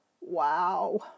Wow